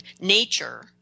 nature